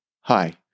Hi